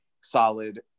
solid